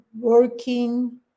working